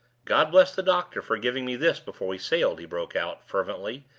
god bless the doctor for giving me this before we sailed! he broke out, fervently,